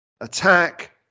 Attack